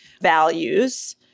values